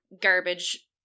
garbage